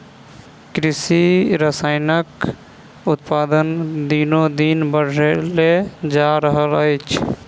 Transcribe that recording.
कृषि रसायनक उत्पादन दिनोदिन बढ़ले जा रहल अछि